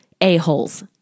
a-holes